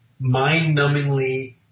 mind-numbingly